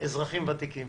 אזרחים ותיקים,